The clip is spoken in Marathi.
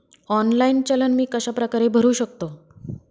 ऑनलाईन चलन मी कशाप्रकारे भरु शकतो?